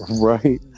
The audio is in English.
Right